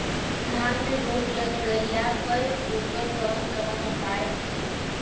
धान में रोग लग गईला पर उकर कवन कवन उपाय होखेला?